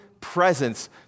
presence